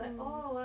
mm